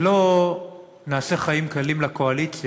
שלא נעשה חיים קלים לקואליציה